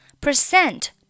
percent